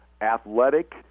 athletic